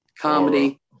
Comedy